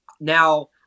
Now